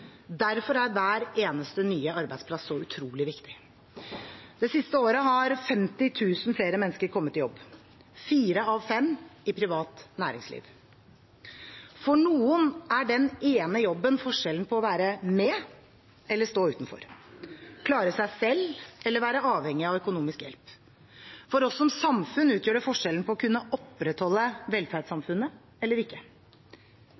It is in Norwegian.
Derfor er hver eneste nye arbeidsplass så utrolig viktig. Det siste året har 50 000 flere mennesker kommet i jobb – fire av fem i privat næringsliv. For noen er den ene jobben forskjellen på å være med eller å stå utenfor – å klare seg selv eller være avhengig av økonomisk hjelp. For oss som samfunn utgjør det forskjellen på å